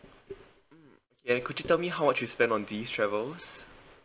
and could you tell me how much you spend on these travels